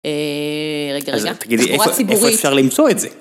רגע, רגע, תגידי איפה אפשר למצוא את זה?